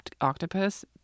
octopus